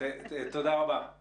תודה רבה.